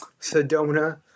Sedona